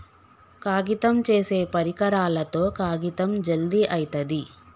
కాగితం చేసే పరికరాలతో కాగితం జల్ది అయితది